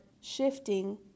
shifting